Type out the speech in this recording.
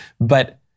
But-